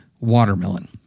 watermelon